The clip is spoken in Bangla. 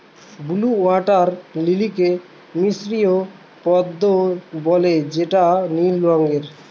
ব্লউ ওয়াটার লিলিকে মিসরীয় পদ্মাও বলে যেটা নীল রঙের